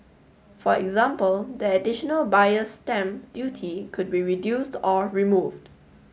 for example the additional buyer's stamp duty could be reduced or removed